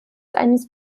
eines